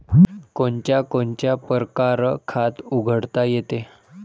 कोनच्या कोनच्या परकारं खात उघडता येते?